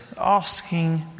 asking